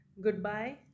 Goodbye